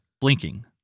blinking